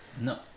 No